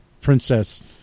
princess